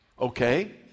Okay